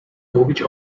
mówić